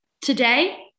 Today